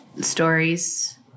stories